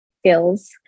skills